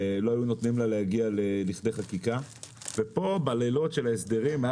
לא היו נותנים לה להגיע לכדי חקיקה ופה בלילות של ההסדרים היה